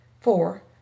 Four